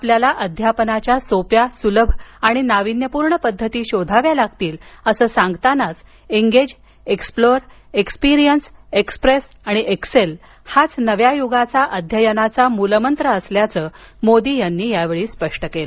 आपल्याला अध्यापनाच्या सोप्या सुलभ आणि नाविन्यपूर्ण पद्धती शोधाव्या लागतील असं सांगतानाच एंगेज एक्स्प्लोर एकस्पिरीअन्स एक्सप्रेस आणि एक्सेल हाच नव्या युगाच्या अध्ययनाचा मूलमंत्र असल्याचं त्यांनी स्पष्ट केलं